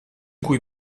cui